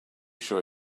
sure